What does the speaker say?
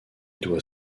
doit